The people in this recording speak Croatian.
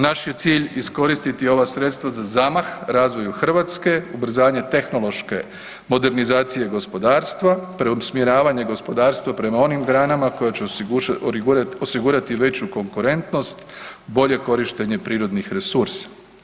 Naš je cilj iskoristiti ova sredstva za zamah razvoju Hrvatske, ubrzanje tehnološke modernizacije gospodarstva, preusmjeravanje gospodarstva prema onim granama koje će osigurati i veću konkretnost, bolje korištenje prirodnih resursa.